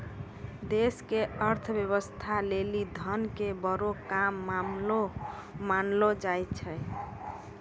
देश के अर्थव्यवस्था लेली धन के बड़ो काम मानलो जाय छै